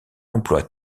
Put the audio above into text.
emploie